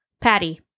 Patty